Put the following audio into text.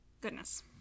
goodness